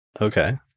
Okay